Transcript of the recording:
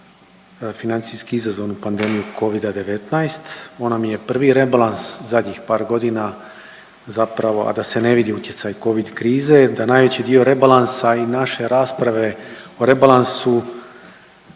financijski izazovnu pandemiju covida-19. Ovo nam je prvi rebalans zadnjih par godina zapravo a da se ne vidi utjecaj covid krize, da najveći dio rebalansa i naše rasprave o rebalansu